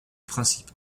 principes